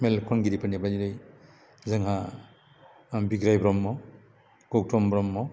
मेथाइ खनगिरिफोरनिफ्राय जेरै जोंहा बिग्राय ब्रह्म गौतम ब्रह्म